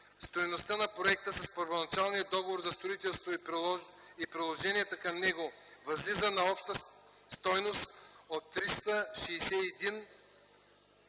Стойността на проекта с първоначалния договор за строителство и приложенията към него възлиза на обща стойност от 361 млн.